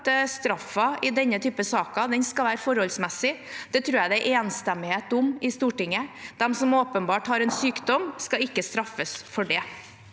at straffen i denne type saker skal være forholdsmessig. Det tror jeg det er enstemmighet om i Stortinget. De som åpenbart har en sykdom, skal ikke straffes for det.